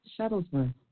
Shuttlesworth